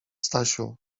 stasiu